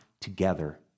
together